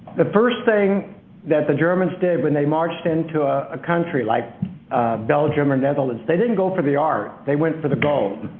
the first thing that the germans did when they marched into a country like belgium or the netherlands. they didn't go for the art, they went for the gold.